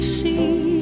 see